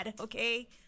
Okay